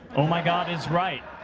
oh my god is right.